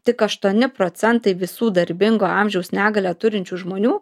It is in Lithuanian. tik aštuoni procentai visų darbingo amžiaus negalią turinčių žmonių